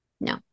No